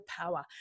power